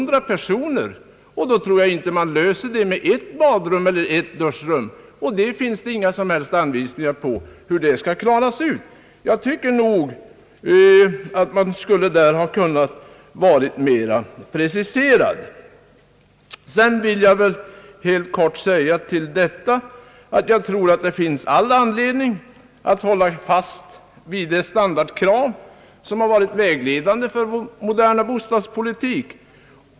Då räcker det inte med ett duschrum eller ett badrum. Hur den frågan skall lösas finns det inga som helst anvisningar om. Jag anser att man på den punkten borde ha kunnat göra en mera preciserad skrivning. Jag tror det finns all anledning att hålla fast vid det standardkrav som har varit vägledande för vår moderna bostadspolitik.